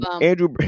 Andrew